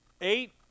eight